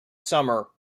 summer